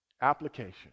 application